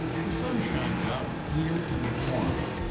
the sun shines out clear and warm,